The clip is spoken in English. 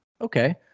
Okay